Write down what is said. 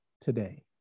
today